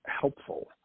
helpful